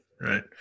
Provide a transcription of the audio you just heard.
right